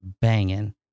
banging